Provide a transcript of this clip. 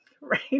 Right